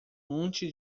monte